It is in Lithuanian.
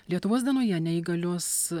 lietuvos dienoje neįgalios